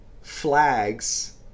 flags